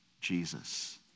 Jesus